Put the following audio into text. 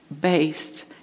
based